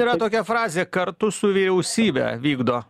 yra tokia frazė kartu su vyriausybe vykdo